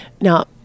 now